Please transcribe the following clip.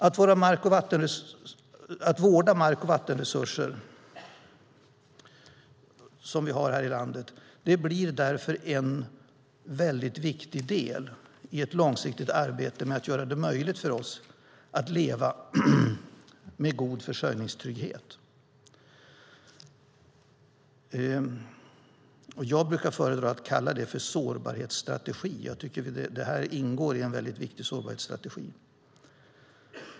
Att vårda de mark och vattenresurser vi har här i landet blir därför en väldigt viktig del i ett långsiktigt arbete med att göra det möjligt för oss att leva med god försörjningstrygghet. Jag brukar föredra att kalla det sårbarhetsstrategi. Jag tycker att detta ingår i en väldigt viktig sårbarhetsstrategi.